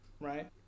right